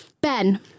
Ben